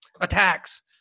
attacks